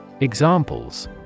Examples